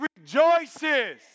rejoices